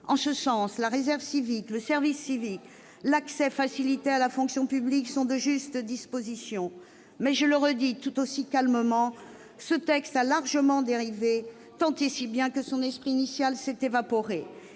En ce sens, la réserve civique, le service civique, l'accès facilité à la fonction publique sont de justes dispositions. Mais je le redis, très calmement : ce texte a largement dérivé, tant et si bien que son esprit initial s'est évaporé.